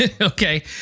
okay